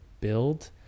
build